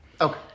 Okay